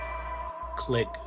Click